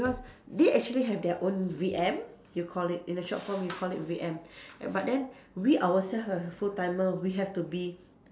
because they actually have their own V_M you call it in the short form you call it V_M but then we ourselves as a full timer we have to be